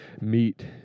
meet